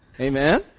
Amen